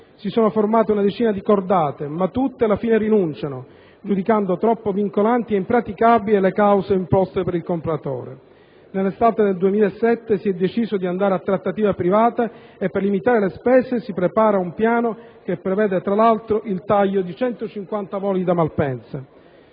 Si sono formate una decina di cordate, ma tutte alla fine hanno rinunciato, giudicando troppo vincolanti e impraticabili le condizioni imposte per il compratore. Nell'estate del 2007 si è deciso di andare a trattativa privata e, per limitare le spese, si è elaborato un piano che prevede, tra l'altro, il taglio di 150 voli da Malpensa.